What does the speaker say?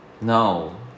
No